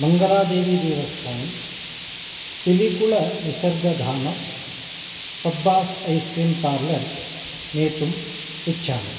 मङ्गलादेवीदेवस्थानं पिलिकुलनिसर्गधाम Pabbas ice cream parlour नेतुम् इच्छामि